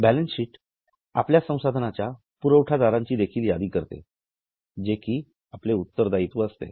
balance sheet आपल्या संसाधनाच्या पुरवठादारांची देखील यादी करते जे कि आपले उत्तरदायित्व असते